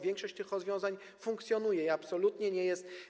Większość tych rozwiązań funkcjonuje i absolutnie nie jest.